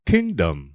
kingdom